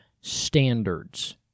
standards